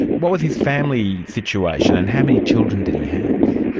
what was his family situation and how many children did he have?